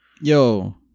Yo